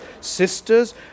sisters